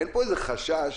אין חשש